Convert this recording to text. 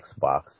Xbox